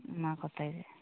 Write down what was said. ᱚᱱᱟ ᱠᱚᱛᱮ